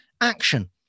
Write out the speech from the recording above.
Action